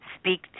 speak